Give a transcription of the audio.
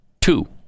two